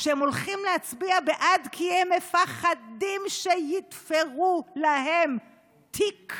שהם הולכים להצביע בעד כי הם מפחדים שיתפרו להם תיק.